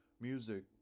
music